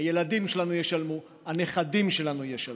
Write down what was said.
הילדים שלנו ישלמו, הנכדים שלנו ישלמו.